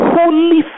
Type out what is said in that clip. holy